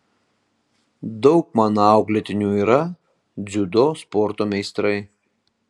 daug mano auklėtinių yra dziudo sporto meistrai